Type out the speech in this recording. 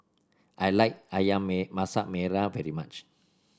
I like ayam Masak Merah very much